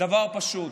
דבר פשוט: